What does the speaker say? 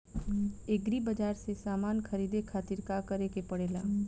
Agri बाज़ार से समान ख़रीदे खातिर का करे के पड़ेला?